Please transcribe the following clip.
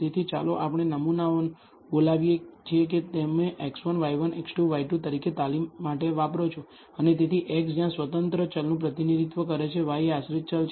તેથી ચાલો આપણે નમૂનાઓ બોલાવીએ કે જે તમે x1 y1 x2 y2 તરીકે તાલીમ માટે વાપરો છો અને તેથી x જ્યાં સ્વતંત્ર ચલનું પ્રતિનિધિત્વ કરે છે y એ આશ્રિત ચલ છે